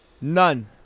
None